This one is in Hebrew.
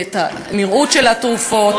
את הנראות של התרופות,